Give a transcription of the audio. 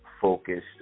focused